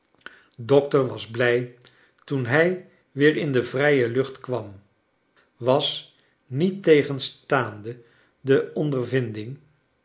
dokter was blij toen hij weer in de vrije lucht kwam was niettegenstaande de ondervinding